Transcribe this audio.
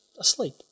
asleep